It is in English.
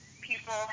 people